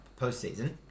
postseason